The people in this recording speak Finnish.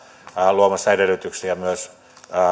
luomassa edellytyksiä myös